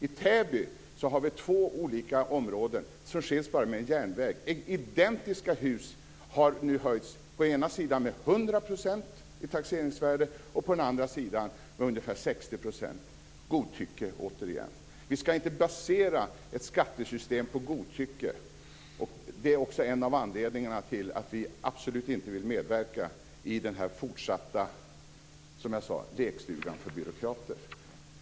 I Täby har vi två olika områden som skiljs bara av en järnväg. För identiska hus har taxeringsvärdet på ena sidan nu höjts med 100 % och på andra sidan med ca 60 %. Det är återigen godtycke! Vi ska inte basera ett skattesystem på godtycke. Det är också en av anledningarna till att vi absolut inte vill medverka i den fortsatta lekstugan för byråkrater, som jag sade.